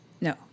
no